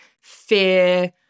fear